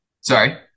Sorry